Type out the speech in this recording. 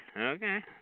Okay